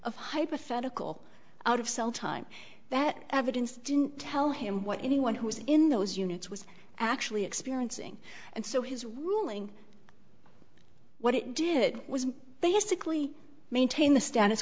of hypothetical out of cell time that evidence didn't tell him what anyone who was in those units was actually experiencing and so his ruling what it did was they sickly maintain the status